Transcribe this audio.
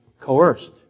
coerced